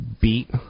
beat